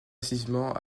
massivement